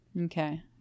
Okay